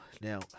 now